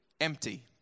empty